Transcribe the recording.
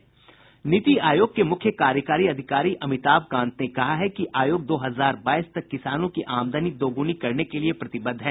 नीति आयोग के मुख्य कार्यकारी अधिकारी अमिताभ कांत ने कहा है कि आयोग दो हजार बाईस तक किसानों की आमदनी दोगुनी करने के लिए प्रतिबद्ध है